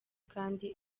kandi